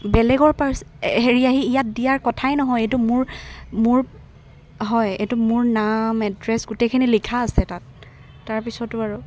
বেলেগৰ পাৰ্চ হেৰি আহি ইয়াত দিয়াৰ কথাই নহয় এইটো মোৰ মোৰ হয় এইটো মোৰ নাম এড্ৰেছ গোটেইখিনি লিখা আছে তাত তাৰপিছতো আৰু